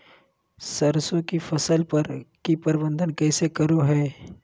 सरसों की फसल पर की प्रबंधन कैसे करें हैय?